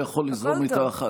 הוא לא יכול לזרום איתך.